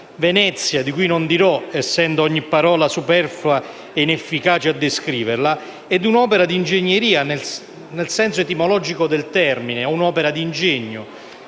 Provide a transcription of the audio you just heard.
Venezia, di cui non dirò, essendo ogni parola superflua e inefficace a descriverla, e un'opera di ingegneria nel senso etimologico del termine, un'opera di ingegno.